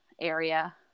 area